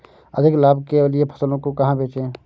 अधिक लाभ के लिए फसलों को कहाँ बेचें?